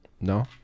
No